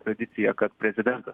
tradiciją kad prezidentas